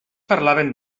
parlaven